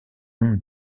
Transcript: onde